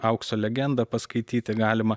aukso legendą paskaityti galima